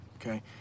Okay